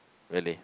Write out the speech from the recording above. really